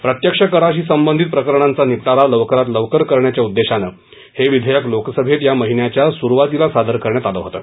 प्रत्यक्ष कराशी संबंधित प्रकरणांचा निपटारा लवकरात लवकर करण्याच्या उद्देशानं हे विधेयक लोकसभेत या महिन्याच्या सुरुवातीला सादर करण्यात आलं होतं